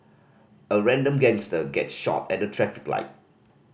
a random gangster gets shot at a traffic light